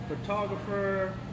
photographer